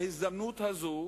בהזדמנות הזאת,